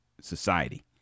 society